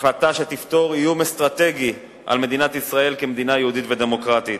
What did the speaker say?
החלטה שתפתור איום אסטרטגי על מדינת ישראל כמדינה יהודית ודמוקרטית.